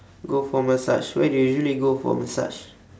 go for massage where do you usually go for massage